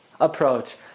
approach